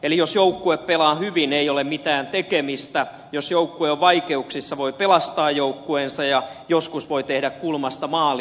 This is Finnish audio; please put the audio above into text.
eli jos joukkue pelaa hyvin ei ole mitään tekemistä jos joukkue on vaikeuksissa voi pelastaa joukkueensa ja joskus voi tehdä kulmasta maalin